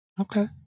Okay